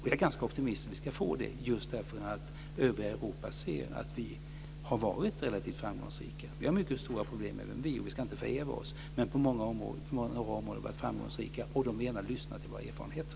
Vi är ganska optimistiska om att få det, just därför att det övriga Europa ser att vi har varit relativt framgångsrika. Även vi har mycket stora problem, och vi ska inte förhäva oss, men på många områden har vi varit framgångsrika, och man vill gärna lyssna till våra erfarenheter.